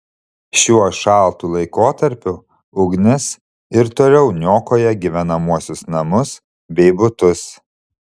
šiuo šaltu laikotarpiu ugnis ir toliau niokoja gyvenamuosius namus bei butus